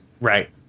Right